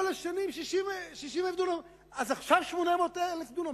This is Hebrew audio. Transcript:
כל השנים, 60,000 דונם, אז עכשיו 800,000 דונם?